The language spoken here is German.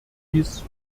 dies